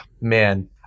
man